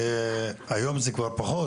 היום זה כבר פחות